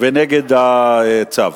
ונגד הצו.